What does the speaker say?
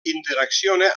interacciona